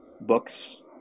books